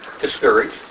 Discouraged